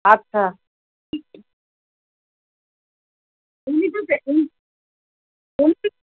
আচ্ছা